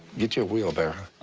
get you a wheelbarrow.